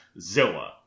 Zilla